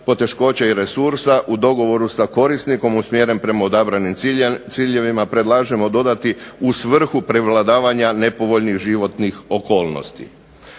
poteškoća i resursa u dogovoru sa korisnikom, usmjeren prema odabranim ciljevima, predlažemo dodati: u svrhu prevladavanja nepovoljnih životnih okolnosti.